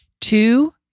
Two